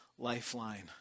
lifeline